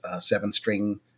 seven-string